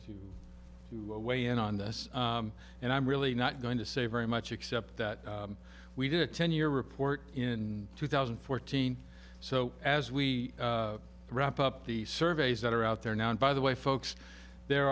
to weigh in on this and i'm really not going to say very much except that we did a ten year report in two thousand and fourteen so as we wrap up the surveys that are out there now and by the way folks there